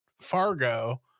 Fargo